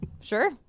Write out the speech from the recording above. Sure